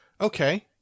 Okay